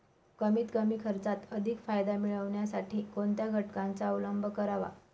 कमीत कमी खर्चात अधिक फायदा मिळविण्यासाठी कोणत्या घटकांचा अवलंब करावा?